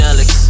Alex